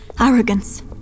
Arrogance